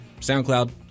SoundCloud